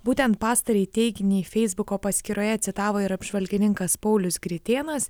būtent pastarąjį teiginį feisbuko paskyroje citavo ir apžvalgininkas paulius gritėnas